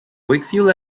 wakefield